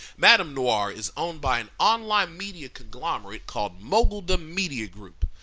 madame noire is owned by an online media conglomerate called moguldom media group,